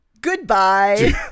Goodbye